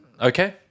Okay